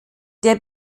der